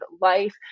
life